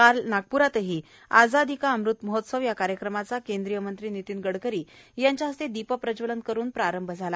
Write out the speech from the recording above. काल नागप्रातही आजादी का अमृतमहोत्सव या कार्यक्रमाचा केंद्रीय मंत्री नितीन गडकरी यांच्या हस्ते दीपप्रज्वलन करून प्रारंभ झाला